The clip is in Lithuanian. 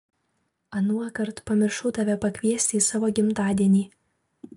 anuokart pamiršau tave pakviesti į savo gimtadienį